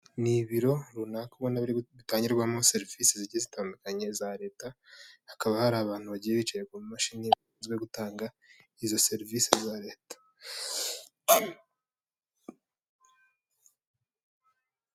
Ni ibiro runakabona bitangirwamo serivisi zi zitandukanye za leta, hakaba hari abantu bagiye bica kumashini bashinzwe gutanga izo serivisi za leta.